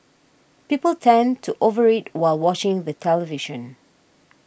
people tend to over eat while watching the television